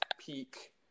peak